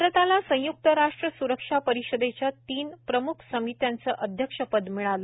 भारताला संयुक्त राष्ट्र सुरक्षा परिषदेच्या तीन प्रम्ख समित्यांच अध्यक्षपद मिळालं